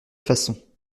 façon